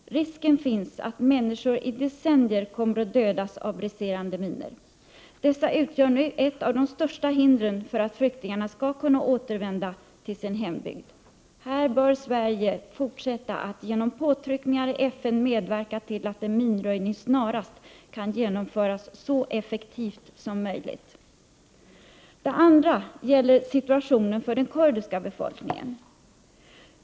Risken finns att människor i decennier kommer att dödas av briserande minor. Dessa utgör nu ett av de största hindren för att flyktingarna skall kunna återvända till sin hembygd. Här bör Sverige fortsätta att genom påtryckningar i FN medverka till att en minröjning snarast kan genomföras så effektivt som möjligt. Det andra problemet gäller situationen för den kurdiska befolkningen.